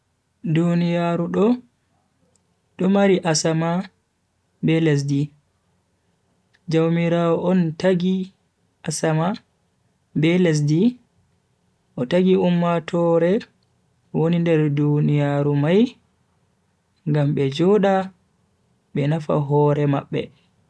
Duniyaaru do, do mari asama be lesdi, jaumiraawo on tagi asama be lesdi o tagi ummatoore woni nder duniyaaru mai ngam be joda be nafa hore mabbe.